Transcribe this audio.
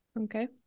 Okay